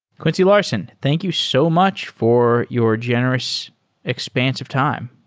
quincy larson, thank you so much for your generous expansive time.